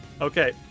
Okay